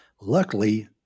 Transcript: Luckily